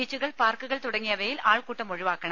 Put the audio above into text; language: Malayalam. ബീച്ചുകൾ പാർക്കുകൾ തുടങ്ങിയവയിൽ ആൾകൂട്ടം ഒഴിവാക്കണം